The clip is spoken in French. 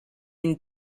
une